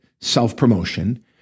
self-promotion